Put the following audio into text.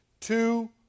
two